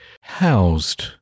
housed-